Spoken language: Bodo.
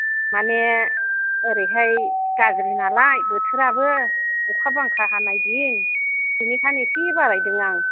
माने ओरैहाय गाज्रि नालाय बोथोराबो अखा बांखा हानाय दिन बिनिखायनो एसे बारायदों आं